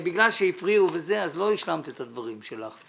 בגלל שהפריעו, לא השלמת את הדברים שלך.